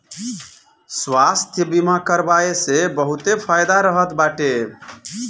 स्वास्थ्य बीमा करवाए से बहुते फायदा रहत बाटे